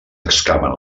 excaven